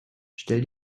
stell